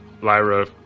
Lyra